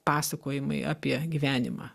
pasakojimai apie gyvenimą